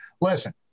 listen